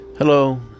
Hello